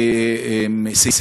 עראבה,